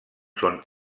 són